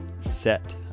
set